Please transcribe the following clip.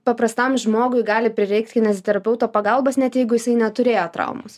paprastam žmogui gali prireikt kineziterapeuto pagalbos net jeigu jisai neturėjo traumos